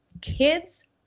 kids